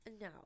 No